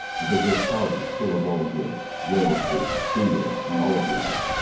and possessed houses full of all goods, wells digged, vineyards, and oliveyards,